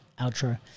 outro